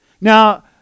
Now